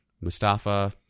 Mustafa